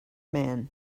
man